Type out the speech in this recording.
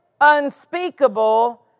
unspeakable